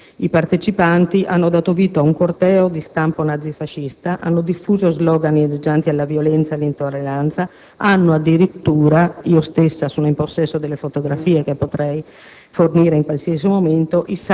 Come era prevedibile, i partecipanti hanno dato vita a un corteo di stampo nazi-fascista, hanno diffuso *slogan* inneggianti alla violenza e all'intolleranza e addirittura - io stessa sono in possesso di fotografie che potrei